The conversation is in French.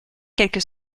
quelques